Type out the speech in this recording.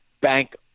bank